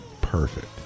perfect